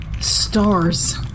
Stars